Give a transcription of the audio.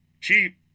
Cheap